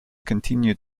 continued